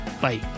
Bye